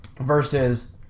Versus